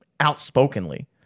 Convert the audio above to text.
outspokenly